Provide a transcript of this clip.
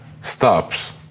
stops